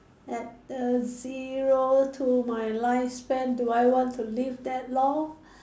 add a zero to my lifespan do I want to live that long